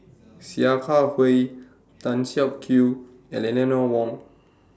Sia Kah Hui Tan Siak Kew and Eleanor Wong